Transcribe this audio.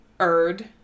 Erd